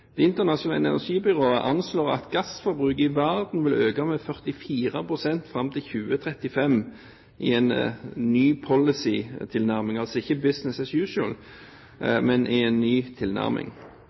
Internasjonale energibyråer anslo at gassforbruket i verden vil øke med 44 pst. fram til 2035 i en ny policytilnærming – altså ikke